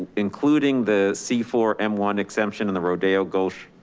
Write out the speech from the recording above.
including the c four, m one exemption and the rodeo gulch